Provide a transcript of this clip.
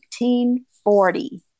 1940